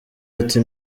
ati